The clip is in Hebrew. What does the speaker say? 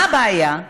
מה הבעיה?